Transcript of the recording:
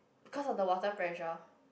because of the water pressure